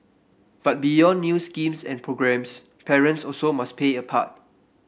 but beyond new schemes and programmes parents also must play a part